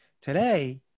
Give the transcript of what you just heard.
Today